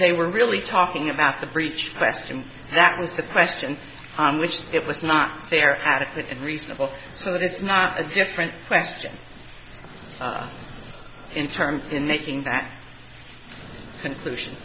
they were really talking about the breach question that was the question on which it was not fair adequate and reasonable so that it's not a different question in terms in making that conclusion